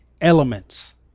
elements